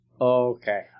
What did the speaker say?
Okay